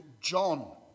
John